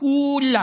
לכולם